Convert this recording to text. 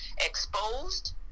exposed